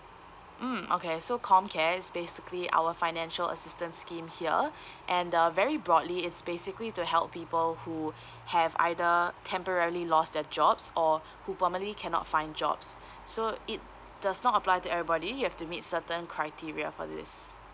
mm okay so comcare is basically our financial assistance scheme here and uh very broadly it's basically to help people who have either temporarily lost their jobs or who permanently cannot find jobs so it does not apply to everybody you have to meet certain criteria for this